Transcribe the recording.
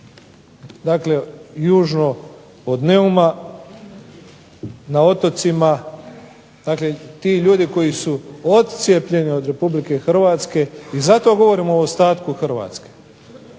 Dakle, južno od Neuma, na otocima. Dakle, ti ljudi koji su odcijepljeni od RH i zato govorim o ostatku Hrvatske.